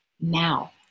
now